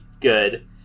good